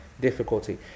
difficulty